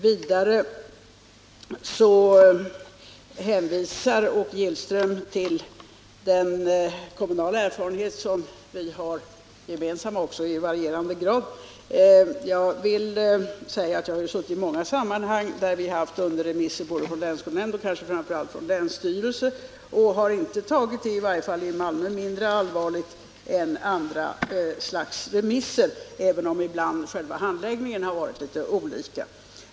Åke Gillström hänvisar till den kommunala erfarenhet som vi båda har, om än i varierande grad. Jag vill säga att jag i många sammanhang har varit med när kommunen haft underremisser från både länsskolnämnd och, kanske framför allt, länsstyrelse. I Malmö har vi i varje fall inte tagit dem mindre allvarligt än andra slags remisser, även om själva handläggningen ibland har varit olika.